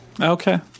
Okay